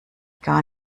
gar